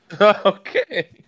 Okay